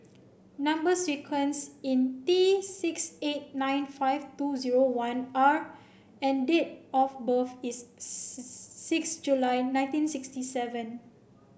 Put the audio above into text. number sequence is T six eight nine five two zero one R and date of birth is six July nineteen sixty seven